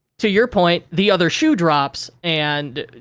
to your point, the other shoe drops and